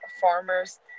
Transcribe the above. farmers